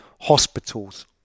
hospitals